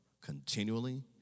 continually